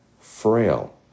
frail